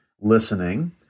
listening